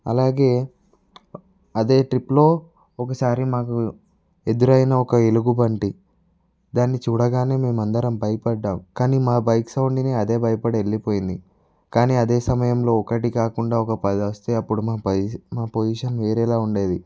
అలాగే అదే ట్రిప్లో ఒకసారి మాకు ఎదురైనా ఒక ఎలుగుబంటి దాన్ని చూడగానే మేము అందరం భయపడ్డాం కానీ మా బైక్ సౌండ్ విని అదే భయపడే వెళ్ళిపోయింది కానీ అదే సమయంలో ఒకటి కాకుండా ఒక పది వస్తే అప్పుడు మా పొజిషన్ వేరేలా ఉండేది